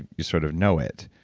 you sort of know it.